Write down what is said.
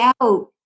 out